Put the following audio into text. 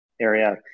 area